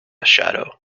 shadow